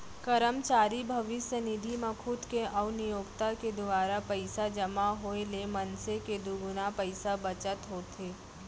करमचारी भविस्य निधि म खुद के अउ नियोक्ता के दुवारा पइसा जमा होए ले मनसे के दुगुना पइसा बचत होथे